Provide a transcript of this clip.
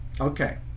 okay